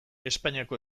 espainiako